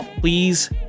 please